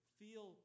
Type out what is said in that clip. feel